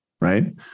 Right